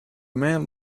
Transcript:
man